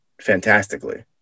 fantastically